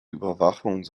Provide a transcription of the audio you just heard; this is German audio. überwachung